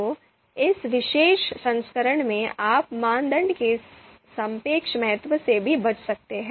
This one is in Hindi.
तो इस विशेष संस्करण में आप मानदंड के सापेक्ष महत्व से भी बच सकते हैं